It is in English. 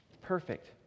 perfect